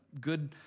good